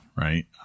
Right